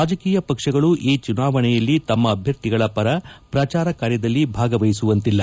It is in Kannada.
ರಾಜಕೀಯ ಪಕ್ಷಗಳು ಈ ಚುನಾವಣೆಯಲ್ಲಿ ತಮ್ಮ ಅಭ್ವರ್ಥಿಗಳ ಪರ ಪ್ರಚಾರ ಕಾರ್ಯದಲ್ಲಿ ಭಾಗವಹಿಸುವಂತಿಲ್ಲ